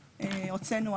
(מקרינה שקף, שכותרתו: